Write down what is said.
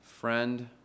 Friend